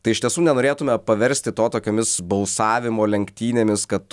tai iš tiesų nenorėtume paversti to tokiomis balsavimo lenktynėmis kad